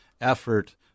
effort